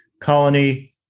Colony